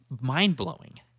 mind-blowing